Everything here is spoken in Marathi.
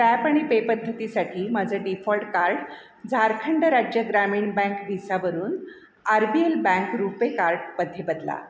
टॅप आणि पे पद्धतीसाठी माझं डिफॉल्ट कार्ड झारखंड राज्य ग्रामीण बँक व्हिसावरून R B L bank RuPay कार्डमध्ये बदला